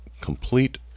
complete